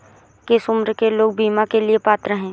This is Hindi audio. किस उम्र के लोग बीमा के लिए पात्र हैं?